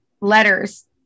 letters